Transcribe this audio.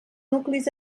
nuclis